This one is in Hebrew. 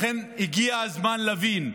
לכן, הגיע הזמן להבין: